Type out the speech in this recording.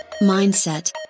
mindset